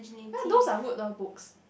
ye those are Roald-Dahl books